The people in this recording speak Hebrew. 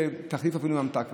זה אפילו תחליף לממתק,